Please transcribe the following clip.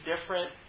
different